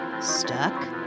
stuck